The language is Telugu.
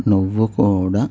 నువ్వు కూడా